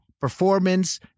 performance